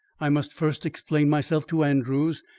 i must first explain myself to andrews,